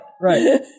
right